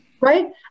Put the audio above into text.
Right